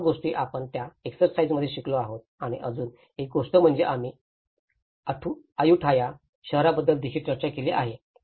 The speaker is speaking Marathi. या सर्व गोष्टी आपण त्या एक्सरसाईज मध्ये शिकलो आहोत आणि अजून एक गोष्ट म्हणजे आम्ही आयुठाया शहराबद्दल देखील चर्चा केली आहे